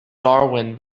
darwin